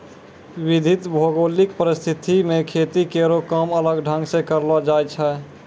विविध भौगोलिक परिस्थिति म खेती केरो काम अलग ढंग सें करलो जाय छै